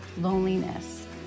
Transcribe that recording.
loneliness